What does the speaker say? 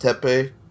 Tepe